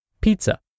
pizza